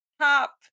top